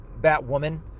Batwoman